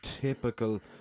typical